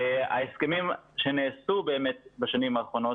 ההסכמים שנעשו בשנים האחרונות